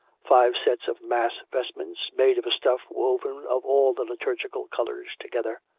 five sets of mass-vestments, made of a stuff woven of all the liturgical colours together,